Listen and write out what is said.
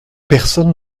personne